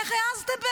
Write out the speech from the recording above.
איך העזתם באמת?